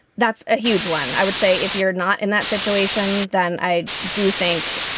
that's a huge one. i would say if you're not in that situation, then i do think,